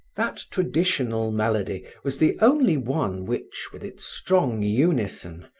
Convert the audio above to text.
that traditional melody was the only one which, with its strong unison,